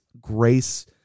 grace